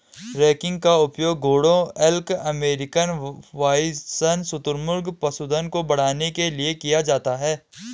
ranking का उपयोग घोड़ों एल्क अमेरिकन बाइसन शुतुरमुर्ग पशुधन को बढ़ाने के लिए किया जाता है